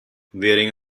wearing